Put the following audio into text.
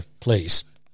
please